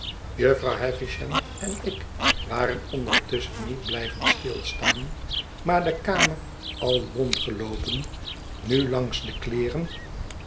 jufvrouw havisham en ik waren ondertusschen niet blijven stilstaan maar de kamer al rondgeloopen nu langs de kleeren